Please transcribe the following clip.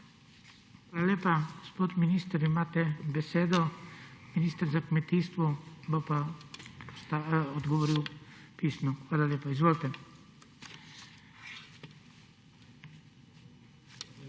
Hvala lepa. Gospod minister ima besedo. Minister za kmetijstvo pa bo odgovoril pisno. Hvala lepa. Izvolite. **ALEŠ